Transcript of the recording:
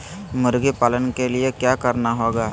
मुर्गी पालन के लिए क्या करना होगा?